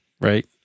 Right